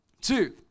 Two